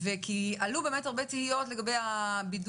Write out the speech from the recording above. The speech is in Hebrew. כ"ה באלול תשפ"א,